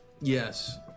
Yes